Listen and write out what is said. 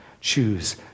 choose